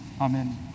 Amen